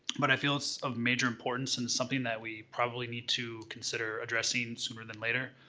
but i feel it's of major importance, and it's something that we probably need to consider addressing sooner than later.